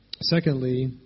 Secondly